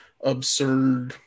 absurd